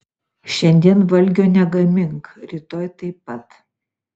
šiandien valgio negamink rytoj taip pat